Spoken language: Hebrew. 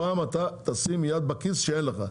הפעם אתה תשים יד בכיס שאין לך.